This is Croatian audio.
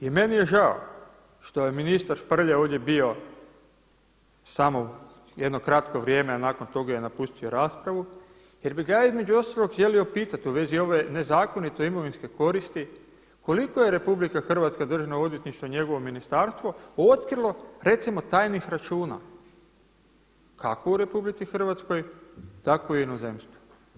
I meni je žao što je ministar Šprlje ovdje bio samo jedno kratko vrijeme, a nakon toga je napustio raspravu jer bih ga ja između ostaloga želio pitati u vezi ove nezakonite imovinske koristi, koliko je Republika Hrvatska Državno odvjetništvo, njegovo ministarstvo otkrilo recimo tajnih računa kako u Republici Hrvatskoj, tako i u inozemstvu?